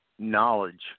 knowledge